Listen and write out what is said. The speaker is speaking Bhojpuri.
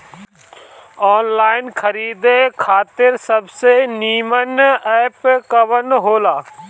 आनलाइन खरीदे खातिर सबसे नीमन एप कवन हो ला?